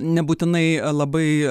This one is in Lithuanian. nebūtinai labai